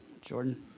jordan